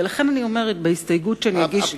ולכן אני אומרת: בהסתייגות שאני אגיש,